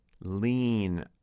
lean